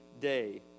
day